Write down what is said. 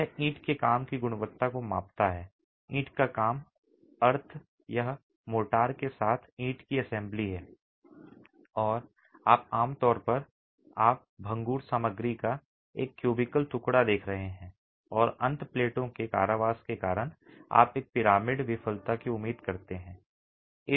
यह ईंट के काम की गुणवत्ता को मापता है ईंट का काम अर्थ यह मोर्टार के साथ ईंट की असेंबली है और आम तौर पर आप भंगुर सामग्री का एक क्यूबिकल टुकड़ा देख रहे हैं और अंत प्लेटों के कारावास के कारण आप एक पिरामिड विफलता की उम्मीद करते हैं